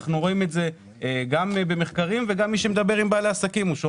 ואנחנו רואים את זה גם ממחקרים וגם שומעים את זה מבעלי עסקים.